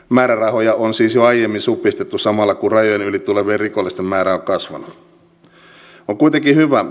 on siis jo aiemmin supistettu samalla kun rajan yli tulevien rikollisten määrä on kasvanut on kuitenkin hyvä